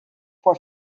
for